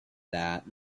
that